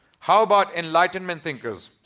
how about enlightenment thinkers?